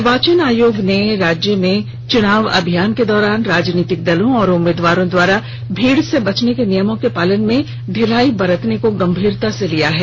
निर्वाचन आयोग ने राज्यों में चुनाव अभियान के दौरान राजनीतिक दलों और उम्मीदवारों द्वारा भीड़ से बचने के नियमों के पालन में ढिलाई बरतने को गंभीरता से लिया है